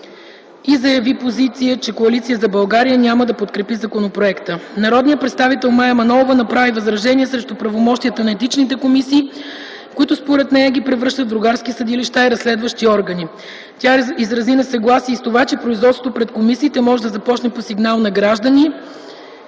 и заяви позиция, че Коалиция за България няма да подкрепи законопроекта. Народният представител Мая Манолова направи възражения срещу правомощията на етичните комисии, които според нея ги превръщат в „другарски съдилища” и разследващи органи. Тя изрази несъгласие и с това, че производството пред комисиите може да започне по сигнал на граждани.